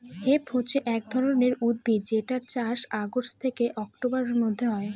hemp হছে এক ধরনের উদ্ভিদ যেটার চাষ অগাস্ট থেকে অক্টোবরের মধ্যে হয়